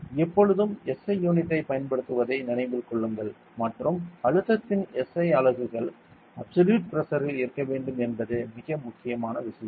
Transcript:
எப்பொழுதும் SI யூனிட்டைப் பயன்படுத்துவதை நினைவில் கொள்ளுங்கள் மற்றும் அழுத்தத்தின் SI அலகுகள் அப்சல்யூட் பிரஷர் இல் இருக்க வேண்டும் என்பது மிக முக்கியமான விஷயம்